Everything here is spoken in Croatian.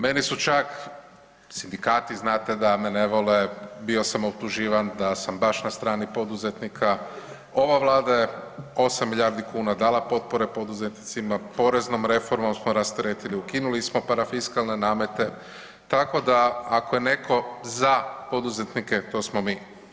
Meni su čak, sindikati znate da me ne vole, bio sam optuživan da sam baš na strani poduzetnika, ova Vlada je 8 milijardi kuna dala potpore poduzetnicima, poreznom reformom smo rasteretili, ukinuli smo parafiskalne namete, tako da ako je netko za poduzetnike to smo mi.